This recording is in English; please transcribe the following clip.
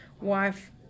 wife